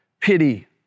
pity